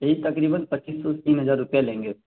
یہی تقریباً پچیس سو تین ہزار روپیہ لیں گے